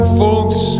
folks